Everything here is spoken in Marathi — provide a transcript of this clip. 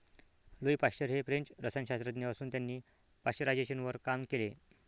लुई पाश्चर हे फ्रेंच रसायनशास्त्रज्ञ असून त्यांनी पाश्चरायझेशनवर काम केले